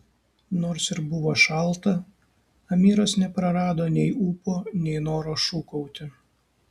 nors ir buvo šalta amiras neprarado nei ūpo nei noro šūkauti